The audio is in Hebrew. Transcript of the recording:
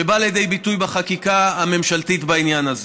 שבא לידי ביטוי בחקיקה הממשלתית בעניין הזה.